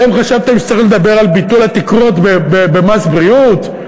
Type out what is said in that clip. אתם חשבתם שצריך לדבר על ביטול התקרות במס בריאות?